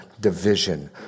division